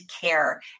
care